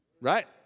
right